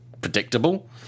predictable